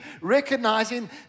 recognizing